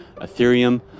Ethereum